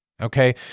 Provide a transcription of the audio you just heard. Okay